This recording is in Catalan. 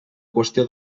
qüestió